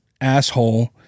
asshole